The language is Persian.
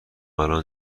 الان